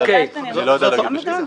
אני לא יודע להגיד בשלב זה.